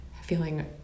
feeling